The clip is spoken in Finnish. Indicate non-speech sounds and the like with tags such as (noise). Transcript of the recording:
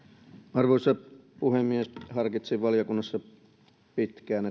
arvoisa puhemies harkitsin valiokunnassa pitkään (unintelligible)